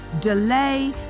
delay